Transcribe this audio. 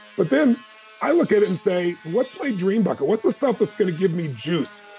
but then i look at it and say, what's my dream bucket? what's the stuff that's going to give me juice?